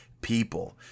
people